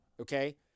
Okay